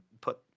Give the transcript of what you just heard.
put